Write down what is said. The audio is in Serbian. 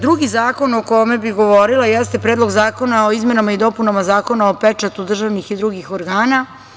Drugi zakon o kome bih govorila jeste Predlog zakona o izmenama i dopunama Zakona o pečatu državnih i drugih organa.